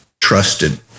trusted